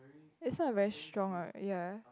it's a very strong what ya